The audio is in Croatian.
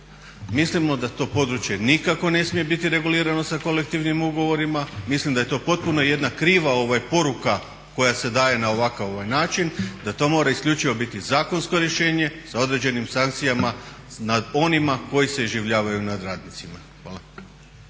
Mislimo da to područje nikako ne smije biti regulirano sa kolektivnim ugovorima, mislim da je to potpuno jedna kriva poruka koja se daje na ovakav način, da to mogu isključivo biti zakonsko rješenje sa određenim sankcijama nad onima koji se iživljavaju nad radnicima.